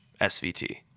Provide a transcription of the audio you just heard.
SVT